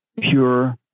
pure